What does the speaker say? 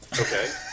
okay